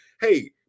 hey